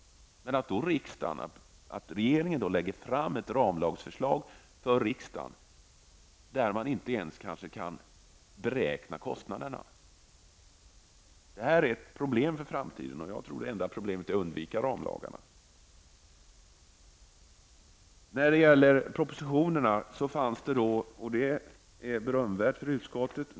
Men regeringen lägger fram ett förslag till ramlag för riksdagen där man kanske inte ens kan beräkna kostnaderna. Detta är ett problem för framtiden, och jag tror att den enda vägen är att undvika ramlagarna.